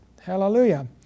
Hallelujah